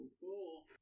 Cool